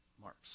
marks